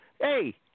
hey